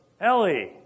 Ellie